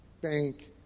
bank